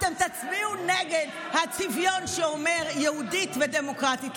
אתם תצביעו נגד הצביון שאומר: יהודית ודמוקרטית.